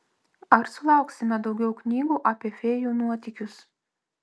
ar sulauksime daugiau knygų apie fėjų nuotykius